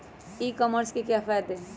ई commerce के क्या फायदे हैं?